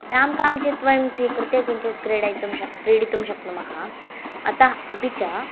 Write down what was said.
यां काञ्चित् वयं स्वीकृत्य किञ्चित् क्रीडयितुं शक्न् क्रीडितुं शक्नुमः अत अपि च